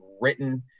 written